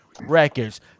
records